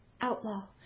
Outlaw